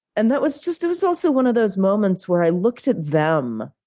and that was just it was also one of those moments where i looked at them,